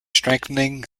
strengthening